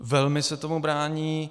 Velmi se tomu brání.